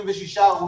26 ערוצים,